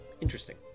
Interesting